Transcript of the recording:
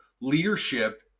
leadership